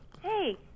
Hey